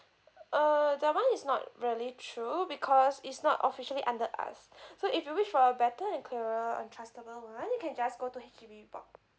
uh that one is not really true because it's not officially under us so if you wish for a better and clearer and trustable one you can just go to H_D_B board